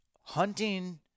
hunting